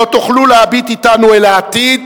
לא תוכלו להביט אתנו אל העתיד